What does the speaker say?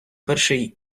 перший